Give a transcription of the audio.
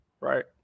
right